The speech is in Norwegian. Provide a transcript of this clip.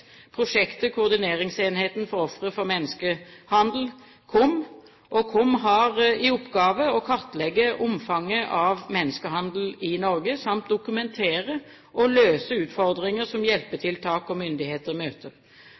prosjektet Koordineringsenheten for ofre for menneskehandel – KOM. KOM har i oppgave å kartlegge omfanget av menneskehandel i Norge samt dokumentere og løse utfordringer som hjelpetiltak og myndigheter